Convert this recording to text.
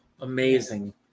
Amazing